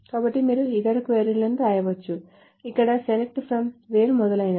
కాబట్టి మీరు ఇతర క్వరీ లను వ్రాయవచ్చు ఇక్కడ SELECT FROM WHERE మొదలైనవి